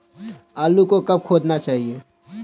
आलू को कब खोदना चाहिए?